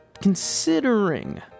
considering